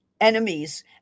enemies